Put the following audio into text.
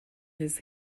his